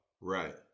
Right